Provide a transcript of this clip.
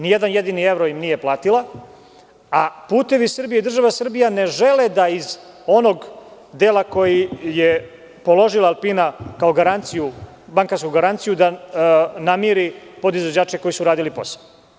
Ni jedan jedini evro im nije platila, a „Putevi Srbije“ i država Srbija ne žele da iz onog dela koji je položila „Alpina“ kao garanciju namire podizvođače koji su radili posao.